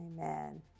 Amen